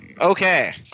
Okay